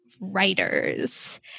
writers